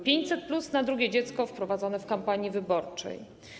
500+ na drugie dziecko zostało wprowadzone w kampanii wyborczej.